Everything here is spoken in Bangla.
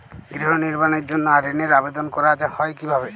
গৃহ নির্মাণের জন্য ঋণের আবেদন করা হয় কিভাবে?